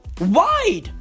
wide